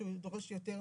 שהוא דורש יותר.